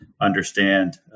understand